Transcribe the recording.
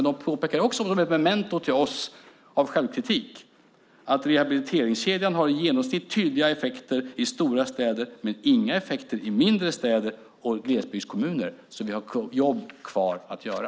De påpekar dock även, som ett memento av självkritik till oss, att rehabiliteringskedjan i genomsnitt har tydliga effekter i stora städer men inga effekter i mindre städer och glesbygdskommuner. Vi har alltså jobb kvar att göra.